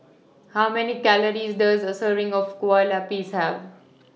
How Many Calories Does A Serving of Kueh Lapis Have